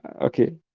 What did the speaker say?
okay